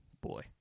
boy